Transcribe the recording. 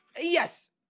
yes